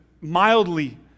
mildly